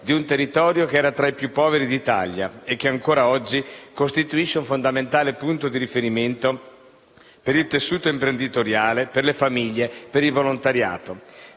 di un territorio in passato tra i più poveri d'Italia e che, ancora oggi, costituisce un fondamentale punto di riferimento per il tessuto imprenditoriale, per le famiglie e per il volontariato.